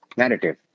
narrative